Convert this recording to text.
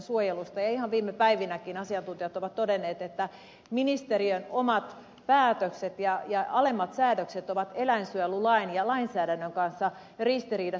ihan viime päivinäkin asiantuntijat ovat todenneet että ministeriön omat päätökset ja alemmat säädökset ovat eläinsuojelulain ja lainsäädännön kanssa ristiriidassa